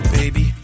baby